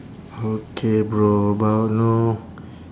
okay bro about know